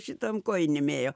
šitom kojinėm ėjo